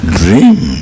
dream